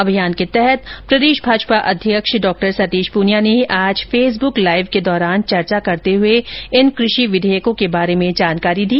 अभियान के तहत प्रदेश भाजपा अध्यक्ष डॉ सतीश पूनिया ने आज फेसबुक लाइव के दौरान चर्चा करते हुए इन कृषि विधेयकों के बारे में जानकारी दी